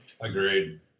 Agreed